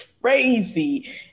crazy